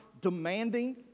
demanding